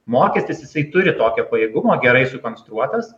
mokestis jisai turi tokio pajėgumo gerai sukonstruotas